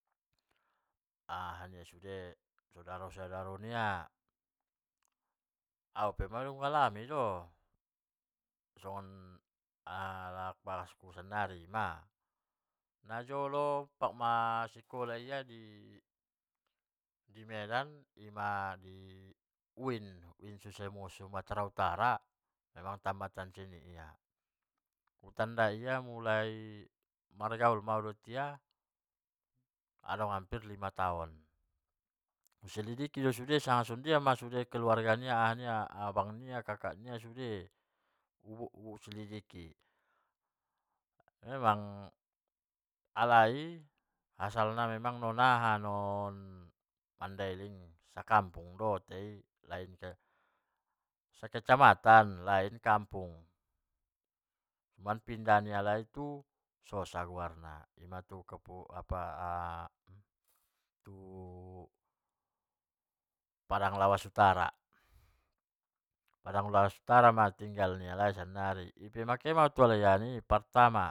aha nia sude sodara-sodara nia, au pe madung u alami do songaon alak bagas ku sannari ma, najolo pakma sikola ia di medan, ima di uin, uin sumatera utara emang tamatan sian i ia, utandai ia mulai margaul au rap ia adong ma mulai hampir lima taon, uselidi ko do sanga bia keluarga nia, abang nia kakak nia sude u selidiki, memang asal ni halai sian mandailing do sakampung do tai sakacamatan lain kampung, parpindah ni halai tu sosa, ima tu kampung ima tu padang lawas utara, padang lawas utara ma sannari tinggal ni alai, ima makehe do au tu alai an i pertama.